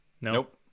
nope